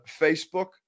Facebook